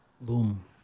Boom